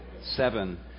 seven